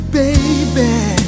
baby